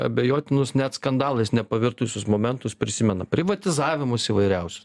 abejotinus net skandalais nepravertusius momentus prisimena privatizavimas įvairiausių